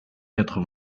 quatre